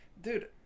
dude